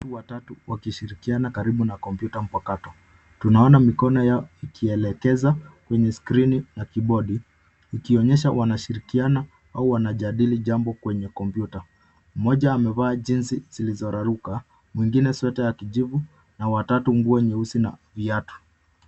Watu watatu wakishirikiana karibu na kompyuta mpakato. Tunaona mikono yao ikielekeza kwenye skrini na kibodi, ikionyesha wanashirikiana au wanajadili jambo kwenye kompyuta. Mmoja amevaa jeans zilizoraruka, mwingine sweta ya kijivu na watatu nguo nyeusi na viatu.